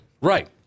Right